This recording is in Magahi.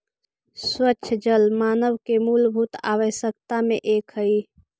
स्वच्छ जल मानव के मूलभूत आवश्यकता में से एक हई